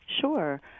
Sure